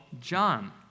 John